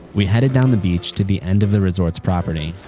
we headed down the beach to the end of the resort's property.